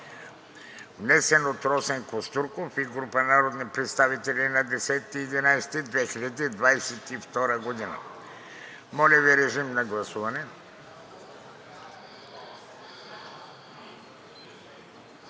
внесен от Росен Костурков и група народни представители на 10 ноември 2022 г. Моля Ви, режим на гласуване.